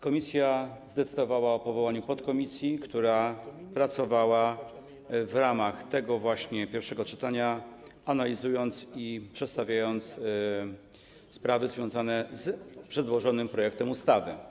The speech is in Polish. Komisja zdecydowała o powołaniu podkomisji, która pracowała w ramach tego właśnie pierwszego czytania, przedstawiając i analizując sprawy związane z przedłożonym projektem ustawy.